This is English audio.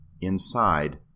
inside